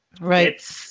Right